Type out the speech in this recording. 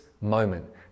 moment